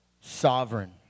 Sovereign